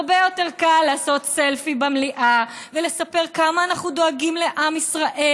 הרבה יותר קל לעשות סלפי במליאה ולספר כמה אנחנו דואגים לעם ישראל,